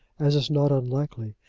as is not unlikely,